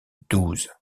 douze